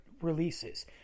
releases